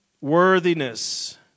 worthiness